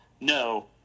no